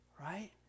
Right